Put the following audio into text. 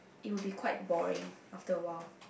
it would be quite boring after awhile